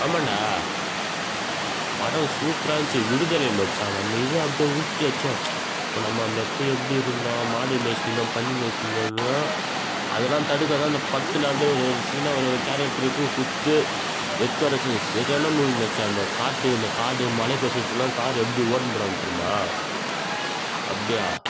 ஆமாண்டா படம் சூப்பராக இருந்துச்சி விடுதலை மச்சான் நம்ம இதை அப்டேயே உறிச்சு வச்சோம் இப்போ நம்ம அந்த அப்போ எப்படி இருந்தோம் மாடு மேய்ச்சுட்டு இருந்தோம் பன்றி மேய்ச்சுட்டு இருந்தோம்லை அதெலாம் தடுக்கத்தான் அந்த படத்தில் அப்டே யே ஒரு ஒரு சீனா ஒரு ஒரு கேரக்ட்ருக்கு கொடுத்து எடுத்து வர வச்சுக்காங்க சரியான மூவி மச்சான் அந்த காட்டு அந்த காடு மலை பிரதேசத்துலாம் காரு எப்படி ஓட்டினு போனாங்க தெரியுமா அப்படியா